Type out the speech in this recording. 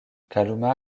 kalumah